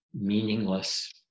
meaningless